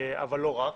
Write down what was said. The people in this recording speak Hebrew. אבל לא רק.